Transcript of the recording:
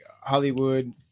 hollywood